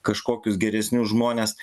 kažkokius geresnius žmones